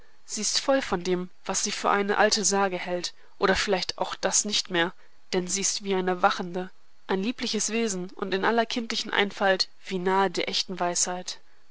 sie ist voll von dem was sie für eine alte sage hält oder vielleicht auch das nicht mehr denn sie ist wie eine erwachende ein liebliches wesen und in aller kindlichen einfalt wie nahe der echten weisheit